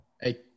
hey